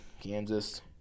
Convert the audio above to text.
Kansas